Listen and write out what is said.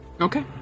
Okay